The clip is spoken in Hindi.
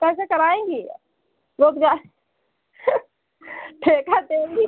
कैसे कराएँगी रोड जो है ठेका देंगी